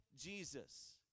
Jesus